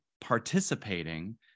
participating